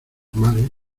mares